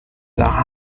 sah